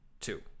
two